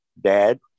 dad